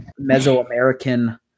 Mesoamerican